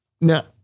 Now